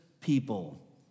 people